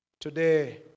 Today